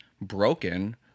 broken